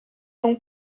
donc